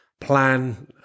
plan